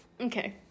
okay